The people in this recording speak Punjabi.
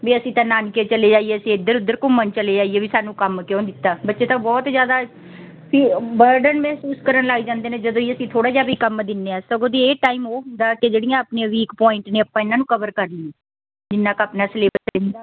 ਵੀ ਅਸੀਂ ਤਾਂ ਨਾਨਕੇ ਚਲੇ ਜਾਈਏ ਅਸੀਂ ਇੱਧਰ ਉੱਧਰ ਘੁੰਮਣ ਚਲੇ ਜਾਈਏ ਵੀ ਸਾਨੂੰ ਕੰਮ ਕਿਉਂ ਦਿੱਤਾ ਬੱਚੇ ਤਾਂ ਬਹੁਤ ਜ਼ਿਆਦਾ ਵੀ ਬਰਡਨ ਮਹਿਸੂਸ ਕਰਨ ਲੱਗ ਜਾਂਦੇ ਨੇ ਜਦੋਂ ਅਸੀਂ ਥੋੜ੍ਹਾ ਜਿਹਾ ਵੀ ਕੰਮ ਦਿੰਦੇ ਹਾਂ ਸਗੋਂ ਦੀ ਇਹ ਟਾਈਮ ਉਹ ਹੁੰਦਾ ਕਿ ਜਿਹੜੀਆਂ ਆਪਣੀ ਵੀਕ ਪੁਆਇੰਟ ਨੇ ਆਪਾਂ ਇਹਨਾਂ ਨੂੰ ਕਵਰ ਕਰ ਲਈਏ ਜਿੰਨਾ ਕੁ ਆਪਣਾ ਸਿਲੇਬਸ ਰਹਿੰਦਾ